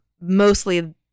mostly